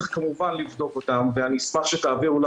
צריך כמובן לבדוק אותן ואני אשמח שתעבירו לנו